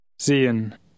Sehen